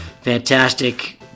Fantastic